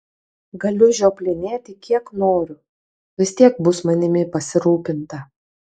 galiu žioplinėti kiek noriu vis tiek bus manimi pasirūpinta